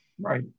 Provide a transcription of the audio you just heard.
Right